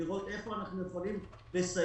לראות איפה אנחנו יכולים לסייג,